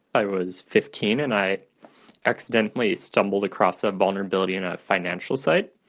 i was fifteen and i accidentally stumbled across a vulnerability in a financial site.